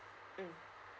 mm